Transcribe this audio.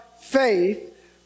faith